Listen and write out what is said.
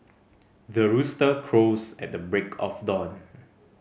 the rooster crows at the break of dawn